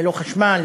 ללא חשמל,